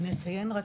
אני אציין רק,